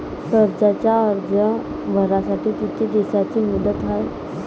कर्जाचा अर्ज भरासाठी किती दिसाची मुदत हाय?